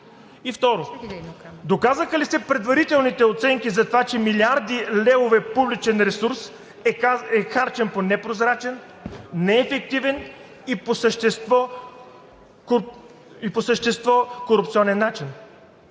Второ, доказаха ли се предварителните оценки за това, че милиарди левове публичен ресурс е харчен по непрозрачен, неефективен и по същество корупционен начин?